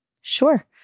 sure